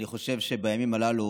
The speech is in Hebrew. אני חושב שבימים הללו,